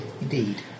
Indeed